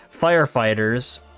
firefighters